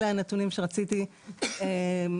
אלו הנתונים שרציתי להציף,